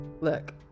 look